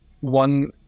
one